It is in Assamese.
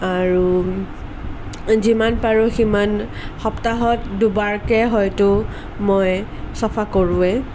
আৰু যিমান পাৰোঁ সিমান সপ্তাহত দুবাৰকৈ হয়তো মই চাফা কৰোৱেই